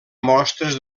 mostres